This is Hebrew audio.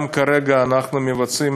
גם כרגע אנחנו מבצעים